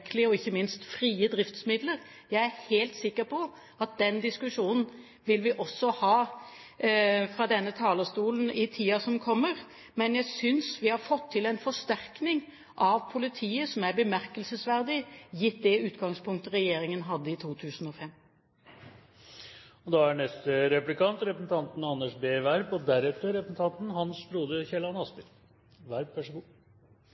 tilstrekkelige og ikke minst frie driftsmidler. Jeg er helt sikker på at den diskusjonen vil vi ha fra denne talerstolen også i tiden som kommer. Men jeg synes vi har fått til en forsterkning av politiet som er bemerkelsesverdig, gitt det utgangspunktet regjeringen hadde i 2005. Jeg tror vi alle har en ganske god forståelse av at det er særdeles viktig å få på plass gode IKT-systemer og en god